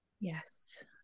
Yes